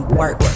work